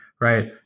Right